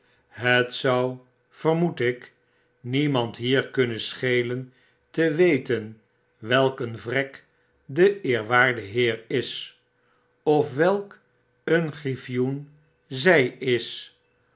het zou vermoed ik niemand hier kunnen schelen te weten welk een vrek de eerwaarde heer is of welk een griffioen eg is